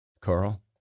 Carl